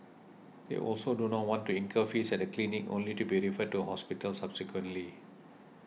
they also do not want to incur fees at a clinic only to be referred to a hospital subsequently